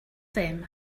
them